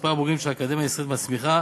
מספר הבוגרים שהאקדמיה הישראלית מצמיחה